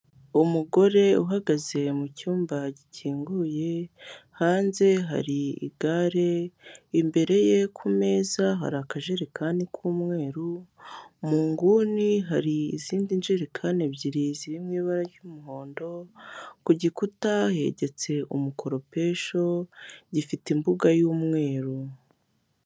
Umugore uhagaze mu cyumba gikinguye, hanze hari igare, imbere ye ku meza hari akajerekani k'umweru, mu nguni hari izindi njerekane ebyiri ziri mu ibara ry'umuhondo, ku gikuta hegetse umukoropesho, gifite imbuga y'umweru.